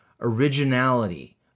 Originality